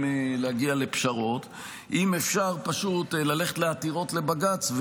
להגיע לפשרות אם אפשר פשוט ללכת לעתירות לבג"ץ,